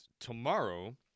tomorrow